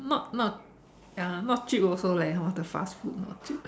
mm not not ya not cheap also leh hor the fast food